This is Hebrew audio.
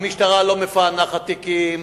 המשטרה לא מפענחת תיקים.